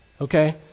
Okay